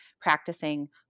practicing